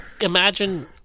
Imagine